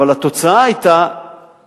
אבל התוצאה היתה